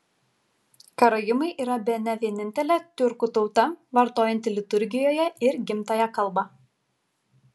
karaimai yra bene vienintelė tiurkų tauta vartojanti liturgijoje ir gimtąją kalbą